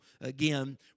again